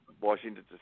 Washington